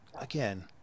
again